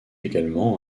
également